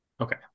Okay